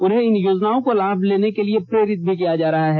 उन्हें इन योजनाओं का लाभ लेने के लिए प्रेरित भी किया जा रहा है